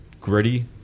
gritty